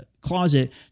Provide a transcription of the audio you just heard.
closet